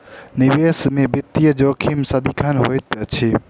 निवेश में वित्तीय जोखिम सदिखन होइत अछि